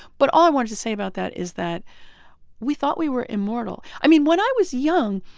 but all i wanted to say about that is that we thought we were immortal. i mean, when i was young,